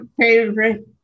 favorite